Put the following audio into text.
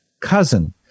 cousin